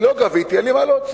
לא גביתי, אין לי מה להוציא.